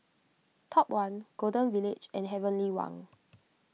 Top one Golden Village and Heavenly Wang